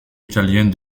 italienne